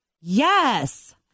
Yes